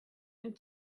and